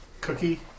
cookie